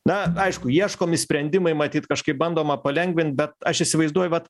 na aišku ieškomi sprendimai matyt kažkaip bandoma palengvint bet aš įsivaizduoju vat